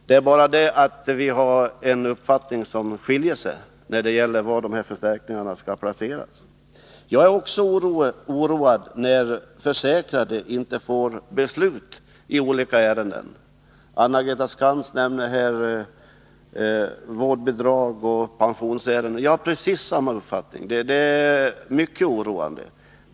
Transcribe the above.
Det är bara det att våra uppfattningar skiljer sig när det gäller var förstärkningarna skall placeras. Också jag känner oro när försäkrade får vänta på beslut i olika ärenden. Anna-Greta Skantz nämnde vårdnadsbidragsoch pensionsärenden. Jag har precis samma uppfattning som hon i det fallet, att detta är mycket oroande.